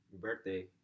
birthday